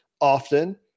often